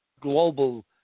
global